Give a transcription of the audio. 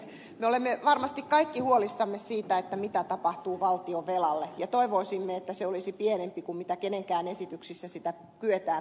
me olemme varmasti kaikki huolissamme siitä mitä tapahtuu valtionvelalle ja toivoisimme että se olisi pienempi kuin kenenkään esityksissä jotta sitä kyetään hallitsemaan